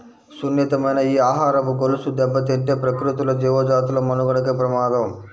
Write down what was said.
సున్నితమైన ఈ ఆహారపు గొలుసు దెబ్బతింటే ప్రకృతిలో జీవజాతుల మనుగడకే ప్రమాదం